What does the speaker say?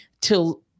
till